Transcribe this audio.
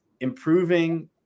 improving